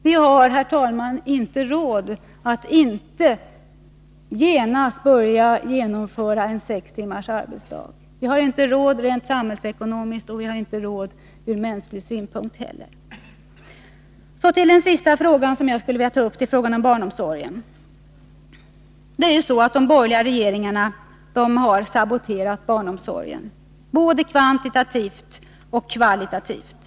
Vi har, herr talman, inte råd — vare sig samhällsekonomiskt eller från mänsklig synpunkt — att inte genast börja införa sex timmars arbetsdag. Den sista frågan som jag skulle vilja ta upp gäller barnomsorgen. De borgerliga regeringarna saboterade barnomsorgen, både kvantitativt och kvalitativt.